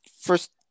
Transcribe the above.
first